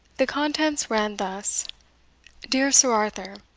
the contents ran thus dear sir arthur,